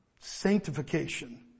Sanctification